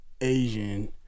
Asian